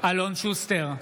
אלון שוסטר,